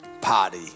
Party